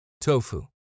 Tofu